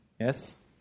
Yes